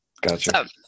Gotcha